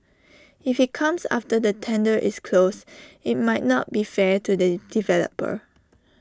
if IT comes after the tender is closed IT might not be fair to the developer